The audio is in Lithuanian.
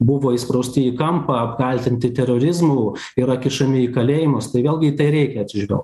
buvo įsprausti į kampą apkaltinti terorizmu yra kišami į kalėjimus tai vėlgi į tai reikia atsižvelgt